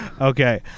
okay